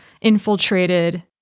infiltrated